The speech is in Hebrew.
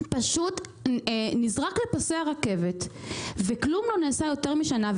פשוט נזרק לפסי הרכבת וכלום לא נעשה במשך יותר משנה.